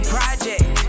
Project